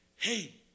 Hey